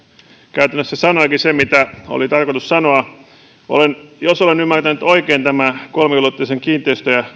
käytännössä sanoikin sen mitä oli tarkoitus sanoa jos olen ymmärtänyt oikein tämän kolmiulotteisia kiinteistöjä